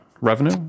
Revenue